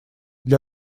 для